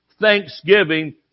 thanksgiving